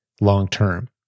long-term